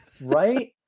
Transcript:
right